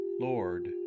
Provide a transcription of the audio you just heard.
Lord